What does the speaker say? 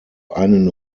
einen